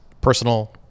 Personal